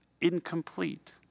incomplete